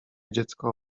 dziecko